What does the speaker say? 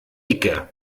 icke